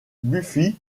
buffy